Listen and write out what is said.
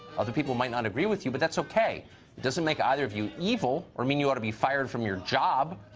other people might not agree with you, but that's okay. it doesn't make either of you evil, or mean you ought to be fired from your job.